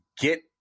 get